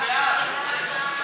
הצעת ועדת הכלכלה בדבר פיצול הצעת חוק